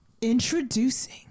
Introducing